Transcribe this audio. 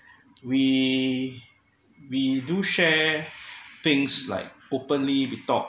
we we do share things like openly to talk